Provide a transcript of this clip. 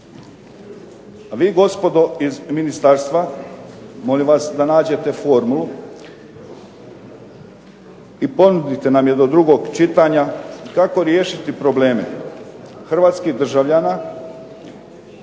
Vi gospodo iz ministarstva molim vas da nađete formulu i ponudite nam je do drugog čitanja kako riješiti probleme hrvatskih državljana